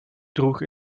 droeg